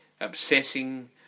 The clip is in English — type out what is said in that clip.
Obsessing